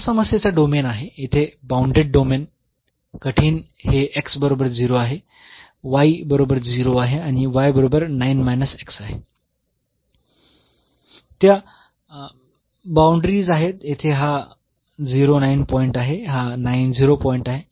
तर हा समस्येचा डोमेन आहे येथे बाऊंडेड डोमेन कठीण हे बरोबर आहे बरोबर 0 आहे आणि बरोबर आहे त्या बाऊंडरीज आहेत येथे हा पॉईंट आहे हा पॉईंट आहे